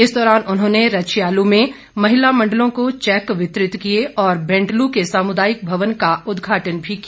इस दौरान उन्होंने रछियालू में महिला मंडलों को चैक वितरित किए और बेंटलू के सामुदायिक भवन का उद्घाटन भी किया